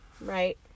right